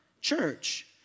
church